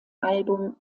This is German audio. album